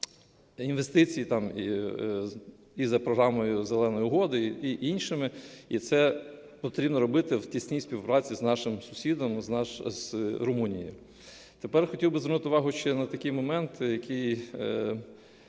інвестицій і за програмою Зеленої угоди, і іншими, і це потрібно робити в тісній співпраці з нашим сусідом – з Румунією. Тепер хотів би звернути увагу ще на такий момент, який